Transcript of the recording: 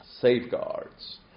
safeguards